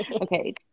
Okay